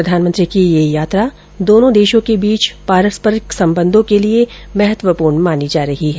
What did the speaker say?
प्रधानमंत्री की यह यात्रा दोनो देशों की बीच पारस्परिक संबंधों के लिए महत्वपूर्ण मानी जा रही है